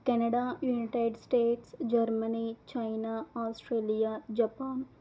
Canada United States Germany China Australia Japan